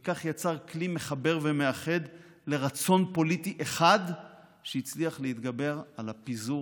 וכך יצר כלי מחבר ומאחד לרצון פוליטי אחד שהצליח להתגבר על הפיזור